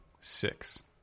six